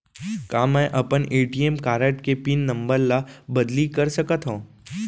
का मैं अपन ए.टी.एम कारड के पिन नम्बर ल बदली कर सकथव?